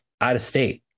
out-of-state